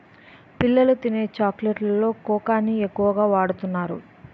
పిల్లలు తినే చాక్లెట్స్ లో కోకాని ఎక్కువ వాడుతున్నారు